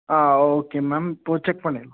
ஆ okay ma'am இப்போது check பண்ணிடலாம்